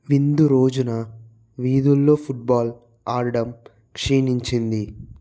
విందు రోజున వీధుల్లో ఫుట్బాల్ ఆడడం క్షీణించింది